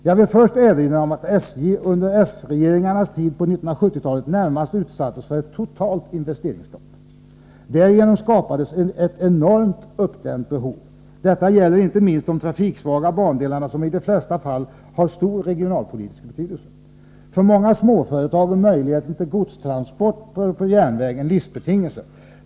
Jag vill först erinra om att SJ under s-regeringarnas tid på 1970-talet närmast utsattes för ett totalt investeringsstopp. Därigenom skapades ett enormt uppdämt behov. Detta gäller inte minst de trafiksvaga bandelarna, som i de flesta fall har stor regionalpolitisk betydelse. För många småföretag är möjligheten till godstransporter på järnväg en livsbetingelse.